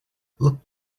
look